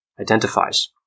identifies